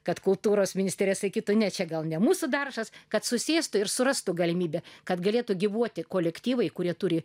kad kultūros ministrė sakytų ne čia gal ne mūsų daržas kad susėstų ir surastų galimybių kad galėtų gyvuoti kolektyvai kurie turi